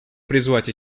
призвать